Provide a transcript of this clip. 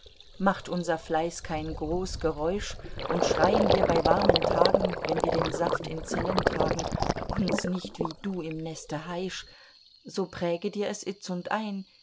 macht unser fleiß kein groß geräusch und schreien wir bei warmen tagen wenn wir den saft in zellen tragen uns nicht wie du im neste heisch so präge dir es itzund ein